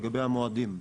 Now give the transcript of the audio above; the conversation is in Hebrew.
לגבי המועדים.